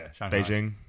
Beijing